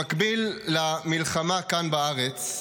במקביל למלחמה כאן בארץ,